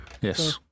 Yes